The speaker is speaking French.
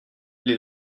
les